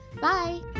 bye